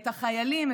את החיילים,